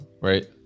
right